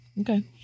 Okay